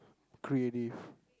creative